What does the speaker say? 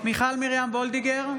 מיכל מרים וולדיגר,